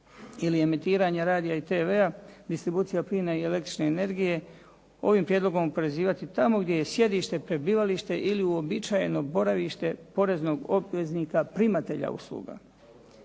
ili emitiranja radija i TV-a, distribucija plina i električne energije ovim prijedlogom oporezivati tamo gdje je sjedište, prebivalište ili uobičajeno boravište poreznog obveznika primatelja usluga.